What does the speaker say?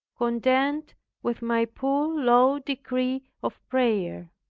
content with my poor low degree of prayer,